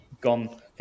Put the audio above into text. gone